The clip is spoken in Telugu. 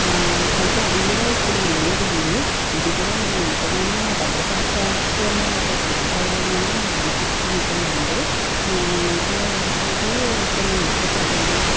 అయితే అది కూడా ఇప్పుడు లేదండి ఇది గూడా మనం ఎంతగానో భద్రపరచాల్సిన ఒక సాంప్రదాయమని నాకు అపిస్తుంటుందండి ఇంకా ఏంటంటే కొన్ని ఉగ్గు కథలు